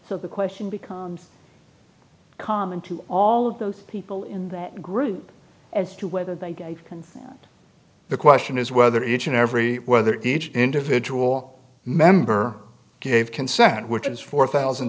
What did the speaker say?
so the question becomes common to all of those people in that group as to whether they gave consent the question is whether each and every whether it did individual member gave consent which is four thousand